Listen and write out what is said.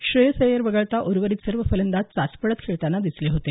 श्रेयस अय्यर वगळता उर्वरित सर्व फलंदाज चाचपडत खेळताना दिसले होते